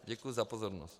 Děkuji za pozornost.